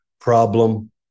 problem